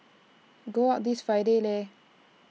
go out this Friday Lei